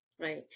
right